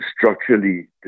structurally